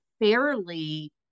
fairly